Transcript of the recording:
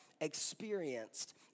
experienced